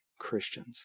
Christians